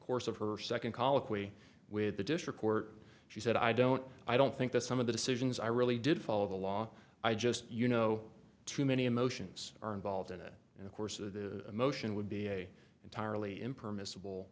course of her second colloquy with the district court she said i don't i don't think that some of the decisions i really did follow the law i just you know too many emotions are involved in it and of course of the emotion would be entirely impermissible